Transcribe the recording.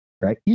right